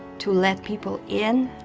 to let people in